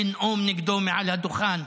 לנאום נגדו מעל הדוכן.